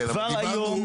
כבר היום